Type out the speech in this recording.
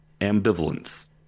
Ambivalence